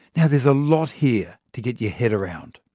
yeah there's a lot here to get your head around.